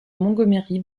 montgomery